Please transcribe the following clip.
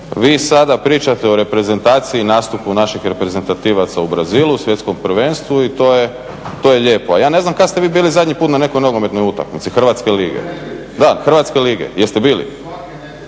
Vi sada pričate o reprezentaciji i nastupu naših reprezentativaca u Brazilu, Svjetskom prvenstvu i to je lijepo. A ja ne znam kad ste vi bili zadnji put na nekoj nogometnoj utakmici hrvatske lige. Da, hrvatske lige. Jeste bili?